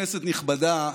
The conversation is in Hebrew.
כנסת נכבדה,